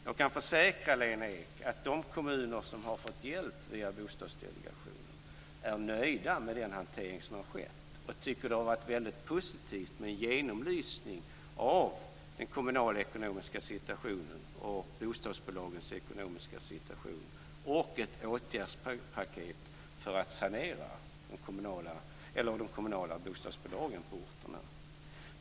Jag kan försäkra Lena Ek att de kommuner som har fått hjälp via Bostadsdelegationen är nöjda med den hantering som har skett och tycker att det har varit väldigt positivt med en genomlysning av den kommunalekonomiska situationen, av bostadsbolagens ekonomiska situation och med ett åtgärdspaket för att sanera de kommunala bostadsbolagen på orterna.